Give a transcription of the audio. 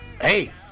hey